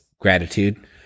gratitude